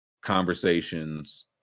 conversations